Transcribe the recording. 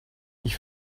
ich